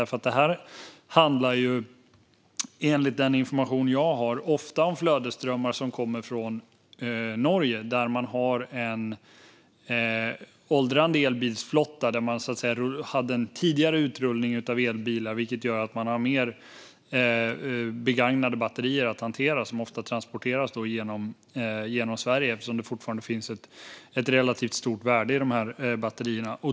Enligt den information som jag har handlar det här nämligen ofta om flödesströmmar som kommer från Norge, där man har en åldrande elbilsflotta på grund av en tidigare utrullning av elbilar. Det gör att man har fler begagnade batterier att hantera, och de transporteras ofta genom Sverige eftersom det fortfarande finns ett relativt stort värde i batterierna.